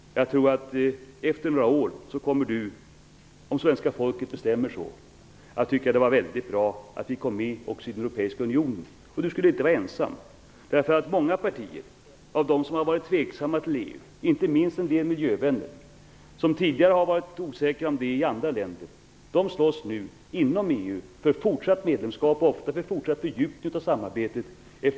Jag tror att Gudrun Schyman efter några år kommer att tycka att det är väldigt bra att Sverige kom med också i den europeiska unionen - om svenska folket bestämmer så. Hon skulle inte vara ensam om att tycka det. Många av de partier i andra länder som har varit tveksamma till EU - däribland inte minst en del miljövänner - slåss nu inom EU för ett fortsatt medlemskap och för en fortsatt fördjupning av samarbetet.